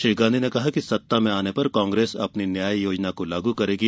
श्री गांधी ने कहा कि सत्ता में आने पर कांग्रेस अपनी न्याय योजना को लागू करेगी